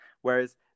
Whereas